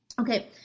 Okay